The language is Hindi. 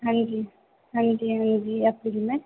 हाँ जी हाँ जी हाँ जी ऑफिस में